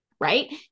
right